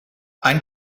ein